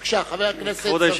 בבקשה, חבר הכנסת צרצור.